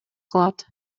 кылат